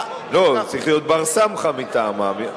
לא, צריך להיות בר-סמכא מטעמם.